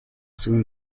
soon